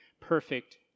perfect